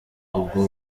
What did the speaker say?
ubwo